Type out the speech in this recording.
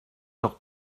heures